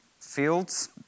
fields